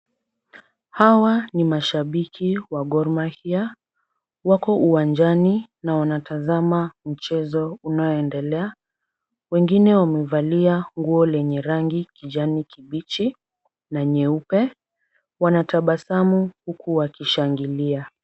Hawa ni mashabiki wa Gor Mahia. Wako uwanjani na wanatazama mchezo unaoendelea. Wengine wamevalia nguo lenye rangi kijani kibichi na nyeupe. Wanatabasamu huku wakishangilia.